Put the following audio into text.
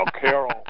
Carol